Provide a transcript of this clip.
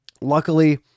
Luckily